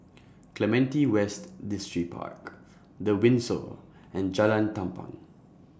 Clementi West Distripark The Windsor and Jalan Tampang